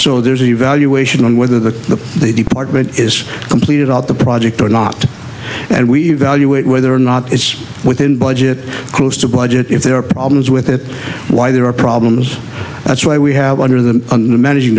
so there's an evaluation on whether the the department is completed at the project or not and we evaluate whether or not it's within budget close to budget if there are problems with it why there are problems that's why we have under the new managing